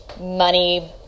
money